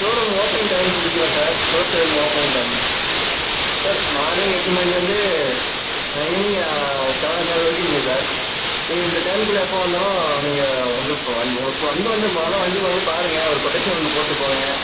showroom opening time சொல்லிக்கிறேன் sir close and opening time sir morning எட்டு மணிலேர்ந்து evening seven o'clock வரைக்கும் இருக்குது சார் நீங்கள் இந்த டைமுக்குள்ள எப்போ வந்தாலும் நீங்கள் வந்து இப்போ வண்டி உங்களுக்கு வண்டி வந்து முதல்ல வண்டியை வந்துப் பாருங்கள் ஒரு கொட்டேஷன் ஒன்றுப் போட்டுப்போங்க